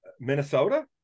Minnesota